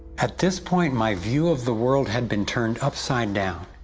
at this point, my view of the world had been turned upside down.